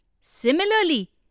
Similarly